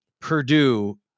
Purdue